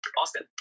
Austin